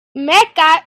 mecca